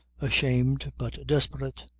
ashamed but desperate,